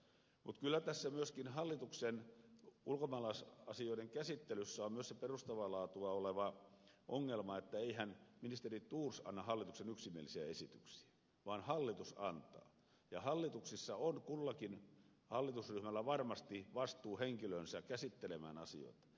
mutta kyllä tässä hallituksen ulkomaalaisasioiden käsittelyssä on myös se perustavaa laatua oleva ongelma että eihän ministeri thors anna hallituksen yksimielisiä esityksiä vaan hallitus antaa ja hallituksissa on kullakin hallitusryhmällä varmasti vastuuhenkilönsä käsittelemään asioita